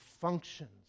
functions